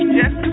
yes